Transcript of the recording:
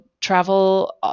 travel